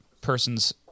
person's